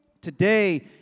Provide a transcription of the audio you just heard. Today